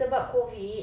sebab COVID